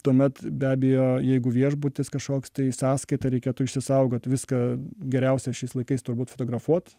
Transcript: tuomet be abejo jeigu viešbutis kažkoks tai sąskaitą reikėtų išsisaugot viską geriausia šiais laikais turbūt fotografuot